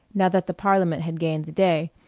now that the parliament had gained the day,